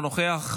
אינו נוכח.